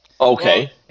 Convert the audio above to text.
Okay